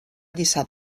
lliçà